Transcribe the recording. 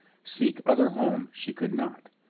seek other home, she could not.